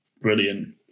brilliant